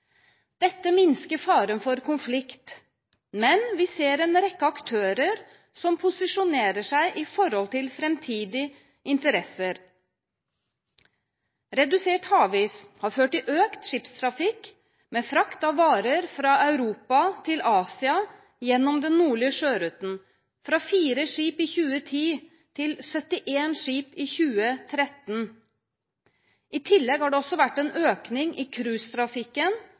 Dette minsker faren for konflikt, men vi ser en rekke aktører som posisjonerer seg med tanke på framtidige interesser. Redusert havis har ført til økt skipstrafikk med frakt av varer fra Europa til Asia gjennom den nordlige sjøruten – fra 4 skip i 2010 til 71 skip i 2013. I tillegg har det også vært en økning i